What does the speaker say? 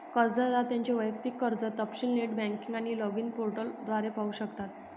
कर्जदार त्यांचे वैयक्तिक कर्ज तपशील नेट बँकिंग आणि लॉगिन पोर्टल द्वारे पाहू शकतात